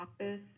office